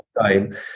time